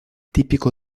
típico